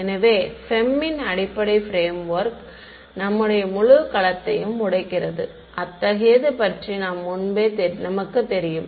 எனவே FEM இன் அடிப்படை பிரேம் ஒர்க் நம்முடைய முழு களத்தையும் உடைக்கிறது அத்தகையது பற்றி நமக்கு முன்பே தெரியும்